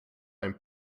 einem